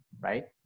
right